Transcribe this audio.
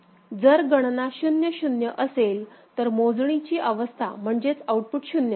तर जर गणना 0 0 0 असेल तर मोजणीची अवस्था म्हणजेच आउटपुट 0 असेल